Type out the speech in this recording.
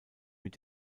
mit